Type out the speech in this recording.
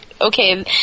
okay